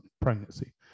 pregnancy